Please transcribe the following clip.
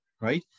right